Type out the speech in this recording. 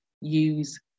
use